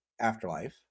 afterlife